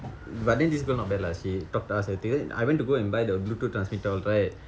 but then this girl not bad lah she talk to us everything then I went to go and buy the bluetooth transmitter all right